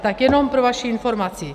Tak jenom pro vaši informaci.